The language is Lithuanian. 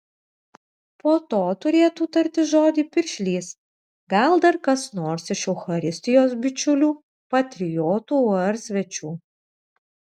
po to turėtų tarti žodį piršlys gal dar kas nors iš eucharistijos bičiulių patriotų ar svečių